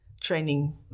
training